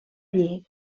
dir